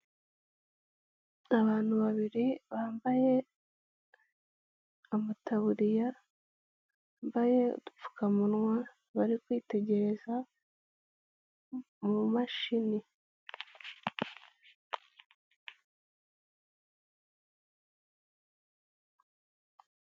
Abantu babiri bambaye amataburiya, bambaye udupfukamunwa bari kwitegereza mu mashini.